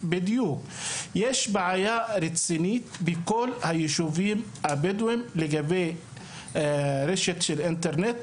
יש בעיה רצינית בכל היישובים הבדואים לגבי רשת של אינטרנט.